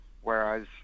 whereas